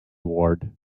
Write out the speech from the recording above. ward